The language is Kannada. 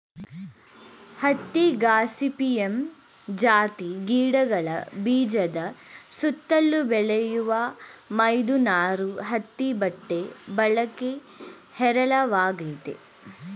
ಹತ್ತಿ ಗಾಸಿಪಿಯಮ್ ಜಾತಿ ಗಿಡಗಳ ಬೀಜದ ಸುತ್ತಲು ಬೆಳೆಯುವ ಮೃದು ನಾರು ಹತ್ತಿ ಬಟ್ಟೆ ಬಳಕೆ ಹೇರಳವಾಗಯ್ತೆ